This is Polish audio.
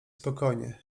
spokojnie